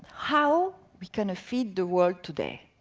how we going to feed the world today?